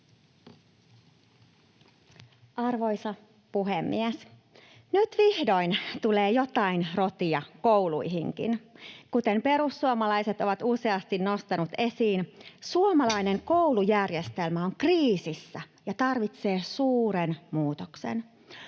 Arvoisa puhemies! Nyt vihdoin tulee jotain rotia kouluihinkin. Kuten perussuomalaiset ovat useasti nostaneet esiin, suomalainen koulujärjestelmä on kriisissä ja tarvitsee suuren muutoksen.